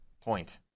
Point